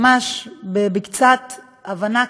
ממש בקצת הבנה,